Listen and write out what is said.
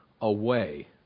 away